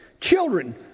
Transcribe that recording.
Children